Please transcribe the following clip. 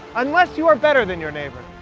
unless you are better than your neighbor.